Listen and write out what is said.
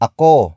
Ako